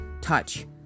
touch